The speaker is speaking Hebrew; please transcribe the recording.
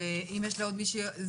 אם יש לעוד מישהו מה לומר.